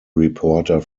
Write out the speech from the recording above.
reporter